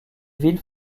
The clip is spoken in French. villes